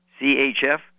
CHF